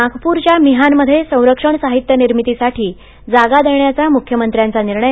नागपूरच्या मिहानमध्ये संरक्षण साहित्य निर्मितीसाठी जागा देण्याचा मुख्यमंत्र्यांचा निर्णय